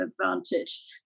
advantage